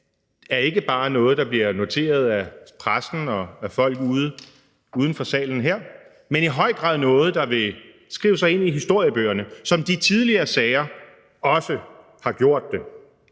er ikke bare noget, der bliver noteret af pressen og af folk uden for salen her, men i høj grad noget, der vil skrive sig ind i historiebøgerne, som de tidligere sager også har gjort det: